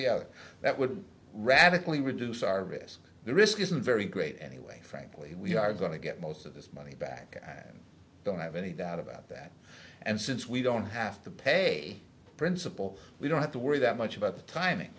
other that would radically reduce our risk the risk isn't very great anyway frankly we are going to get most of this money back and don't have any doubt about that and since we don't have to pay principal we don't have to worry that much about the timing